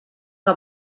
que